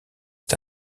est